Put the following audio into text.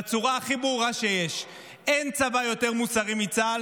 בצורה הכי ברורה שיש: אין צבא יותר מוסרי מצה"ל,